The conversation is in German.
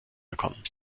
bekommen